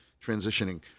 transitioning